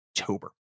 October